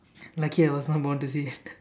lucky I was not born to see